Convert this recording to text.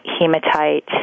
hematite